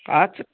আচ্ছা